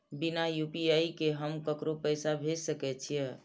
बिना यू.पी.आई के हम ककरो पैसा भेज सके छिए?